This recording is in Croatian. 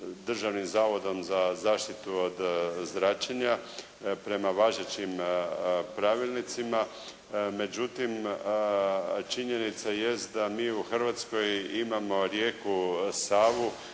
Državnim zavodom za zaštitu od zračenja prema važećim pravilnicima. Međutim, činjenica jest da mi u Hrvatskoj imamo rijeku Savu